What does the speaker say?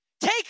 Take